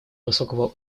высокого